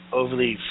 overly